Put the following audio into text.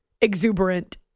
exuberant